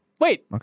Wait